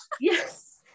Yes